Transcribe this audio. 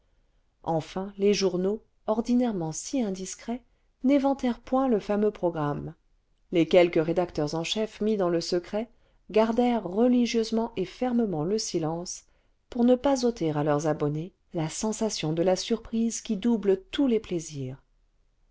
enfin les journaux ordinairement si indiscrets n'éventèrent point le fameux programme les quelques rédacteurs en chef mis dans le secret gardèrent religieusement et fermement le silence pour ne pas ôter à leurs abonnés la sensation de la surprise qui double tous les plaisirs